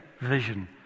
vision